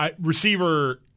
Receiver